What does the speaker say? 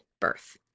birth